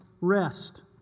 rest